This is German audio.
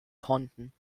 konnten